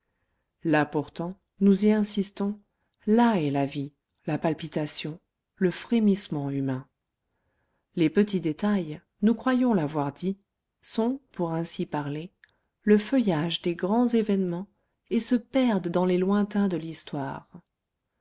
pourtant nous y insistons là est la vie la palpitation le frémissement humain les petits détails nous croyons l'avoir dit sont pour ainsi parler le feuillage des grands événements et se perdent dans les lointains de l'histoire